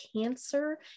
cancer